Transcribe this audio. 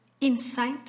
insight